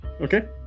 okay